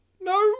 No